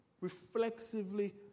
reflexively